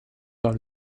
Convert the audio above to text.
par